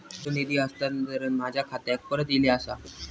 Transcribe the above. माझो निधी हस्तांतरण माझ्या खात्याक परत इले आसा